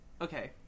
Okay